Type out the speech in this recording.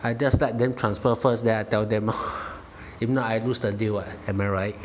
I just let them transfer first then I tell them lor if not I lose the deal [what] am I right